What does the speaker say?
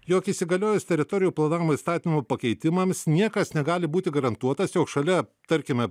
jog įsigaliojus teritorijų planavimo įstatymo pakeitimams niekas negali būti garantuotas jog šalia tarkime